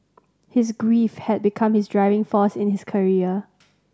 his grief had become his driving force in his career